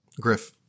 Griff